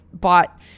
bought